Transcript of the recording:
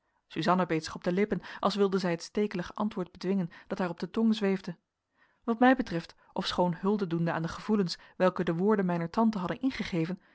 beet zich op de lippen als wilde zij het stekelige antwoord bedwingen dat haar op de tong zweefde wat mij betreft ofschoon hulde doende aan de gevoelens welke de woorden mijner tante hadden ingegeven